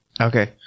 Okay